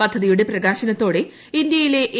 പദ്ധതിയുടെ പ്രകാശനത്തോടെ ഇന്ത്യയിലെ എ